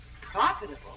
Profitable